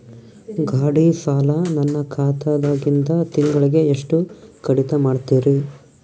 ಗಾಢಿ ಸಾಲ ನನ್ನ ಖಾತಾದಾಗಿಂದ ತಿಂಗಳಿಗೆ ಎಷ್ಟು ಕಡಿತ ಮಾಡ್ತಿರಿ?